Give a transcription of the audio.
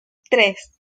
tres